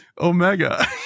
Omega